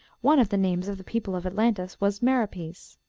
one of the names of the people of atlantis was meropes.